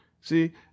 See